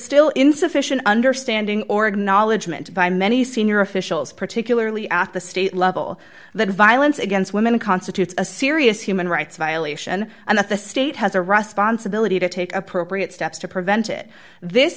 still insufficient understanding or acknowledgement by many senior officials particularly at the state level that violence against women constitutes a serious human rights violation and that the state has a rough spots ability to take appropriate steps to prevent it this